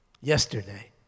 Yesterday